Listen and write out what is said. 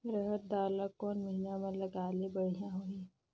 रहर दाल ला कोन महीना म लगाले बढ़िया होही?